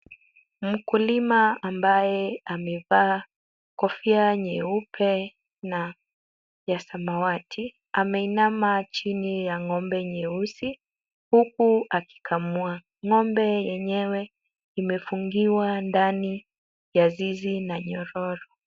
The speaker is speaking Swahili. Mkulima ambaye amevaa kofia nyeupe na ya samawati, ameinama chini ya ng'ombe nyeusi huku akikamua. Ng'ombe yenyewe imefungiwa ndani ya zizi na nyororo.